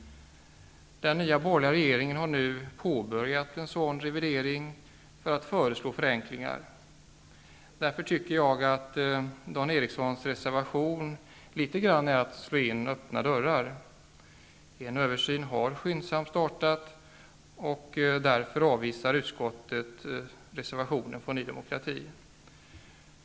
Den nya borgerliga regeringen har nu påbörjat en sådan revidering för att föreslå förenklingar. Därför tycker jag att Dan Erikssons reservation är att slå in öppna dörrar. En översyn har startats skyndsamt, och därför avvisar utskottet det yrkande som framförs i reservationen från Ny demokrati.